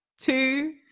two